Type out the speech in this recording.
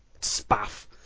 spaff